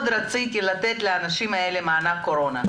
מאוד רציתי לתת לאנשים האלה מענק קורונה,